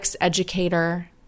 educator